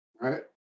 right